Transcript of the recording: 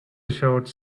shots